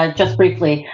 ah just briefly.